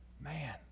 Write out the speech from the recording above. Man